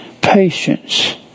patience